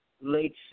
late